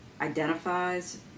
identifies